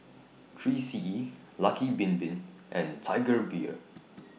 three C E Lucky Bin Bin and Tiger Beer